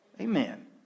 Amen